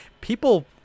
people